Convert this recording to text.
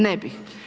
Ne bi.